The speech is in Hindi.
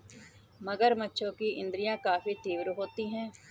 मगरमच्छों की इंद्रियाँ काफी तीव्र होती हैं